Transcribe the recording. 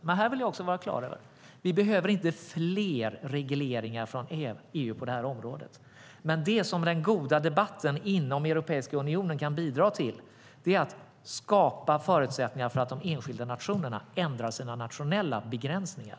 Men här vill jag vara klar med att vi inte behöver fler regleringar från EU på det här området. Det som den goda debatten inom Europeiska unionen kan bidra till är att skapa förutsättningar för att de enskilda nationerna ändrar sina nationella begränsningar.